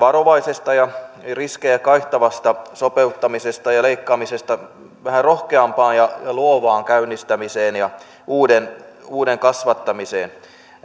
varovaisesta ja riskejä kaihtavasta sopeuttamisesta ja leikkaamisesta vähän rohkeampaan ja luovaan käynnistämiseen ja uuden uuden kasvattamiseen